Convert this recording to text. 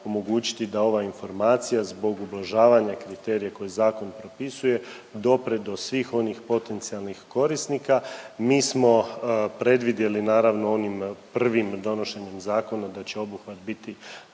da ova informacija zbog ublažavanja kriterija koje zakon propisuje dopre do svih onih potencijalnih korisnika. Mi smo predvidjeli naravno onim prvim donošenjem zakona da će obuhvat biti,